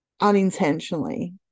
unintentionally